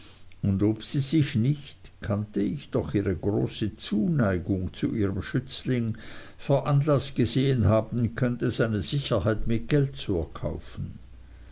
und ob sie sich nicht kannte ich doch ihre große zuneigung zu ihrem schützling veranlaßt gesehen haben könnte seine sicherheit mit geld zu erkaufen